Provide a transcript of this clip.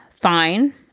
fine